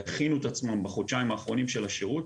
יכינו את עצמם בחודשיים האחרונים של השירות